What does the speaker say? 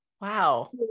Wow